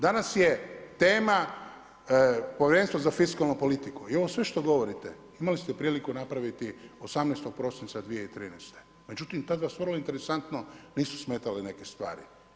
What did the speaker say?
Danas je tema Povjerenstvo za fiskalnu politiku i ovo sve što govorite imali ste priliku napraviti 18. prosinca 2013., međutim tada vas vrlo interesantno nisu smetale neke stvari.